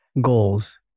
goals